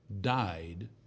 Died